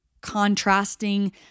contrasting